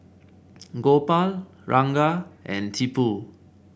Gopal Ranga and Tipu